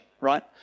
right